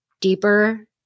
deeper